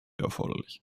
erforderlich